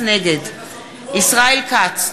נגד ישראל כץ,